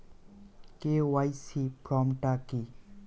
KYC form টা কি?